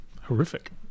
horrific